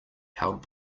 held